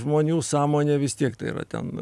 žmonių sąmonė vis tiek tai yra ten